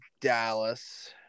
Dallas